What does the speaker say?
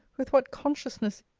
with what consciousness,